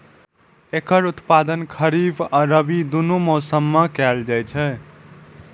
एकर उत्पादन खरीफ आ रबी, दुनू मौसम मे कैल जाइ छै